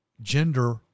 gender